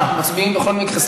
אה, מצביעים בכל מקרה.